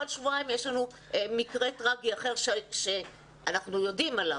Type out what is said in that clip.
כל שבועיים יש לנו מקרה טראגי אחר שאנחנו יודעים עליו.